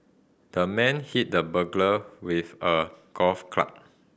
the man hit the burglar with a golf club